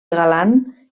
galant